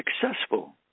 successful